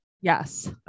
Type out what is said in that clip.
Yes